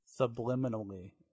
subliminally